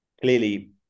clearly